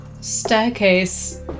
staircase